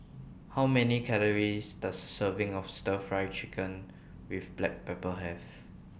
How Many Calories Does Serving of Stir Fry Chicken with Black Pepper Have